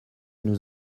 nous